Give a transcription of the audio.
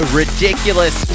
ridiculous